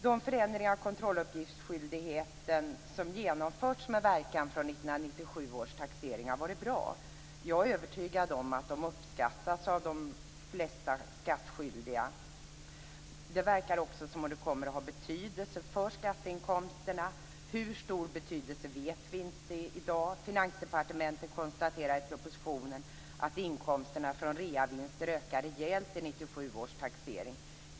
De förändringar av kontrolluppgiftsskyldigheten som genomförts med verkan från 1997 års taxering har varit bra. Jag är övertygad om att de uppskattas av de flesta skattskyldiga. Det verkar också som om det kommer att ha betydelse för skatteinkomsterna. Hur stor betydelse vet vi inte i dag. Finansdepartementet konstaterar i propositionen att inkomsterna från reavinster ökar rejält i 1997 års taxering.